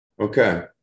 Okay